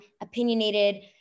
opinionated